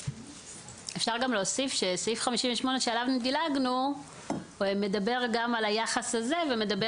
אפשר גם להוסיף שסעיף 58 שעליו דילגנו מדבר גם על היחס הזה ומדבר